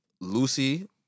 Lucy